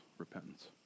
repentance